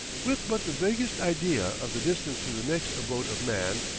with but the vaguest idea of the distance to the next abode of man,